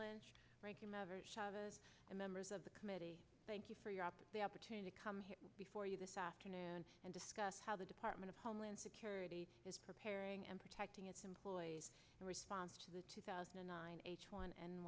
chairman and members of the committee thank you for your op the opportunity to come before you this afternoon and discuss how the department of homeland security is preparing and protecting its employees in response to the two thousand and nine h one